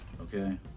Okay